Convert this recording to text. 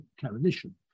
coalition